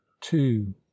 two